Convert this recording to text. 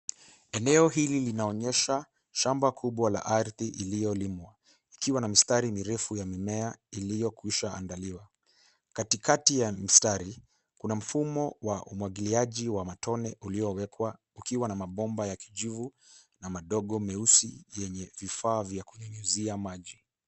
Eneo hili linaonyesha, shamba kubwa la ardhi iliyolimwa. Ikiwa na mistari mirefu ya mimea, iliyokwisha andaliwa .Katikati ya mistari, kuna mfumo wa umwagiliaji wa matone, uliowekwa ukiwa na mabomba ya kijivu, na madogo meusi yenye vifaa vya kunyunyizia maji.